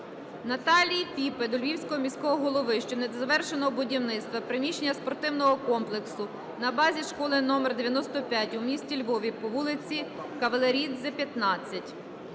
Наталії Піпи до Львівського міського голови щодо незавершеного будівництва приміщення спортивного комплексу на базі школи №95 у місті Львові по вулиці Каваларідзе, 15.